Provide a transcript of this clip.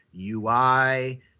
UI